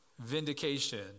Vindication